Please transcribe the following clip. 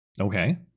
Okay